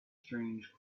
strange